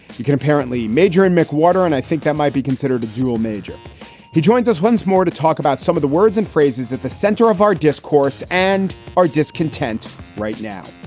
you can apparently major in mcwhorter, and i think that might be considered a dual major he joins us once more to talk about some of the words and phrases at the center of our discourse and our discontent right now